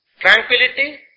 tranquility